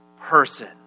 person